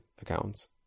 accounts